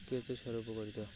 কেঁচো সারের উপকারিতা?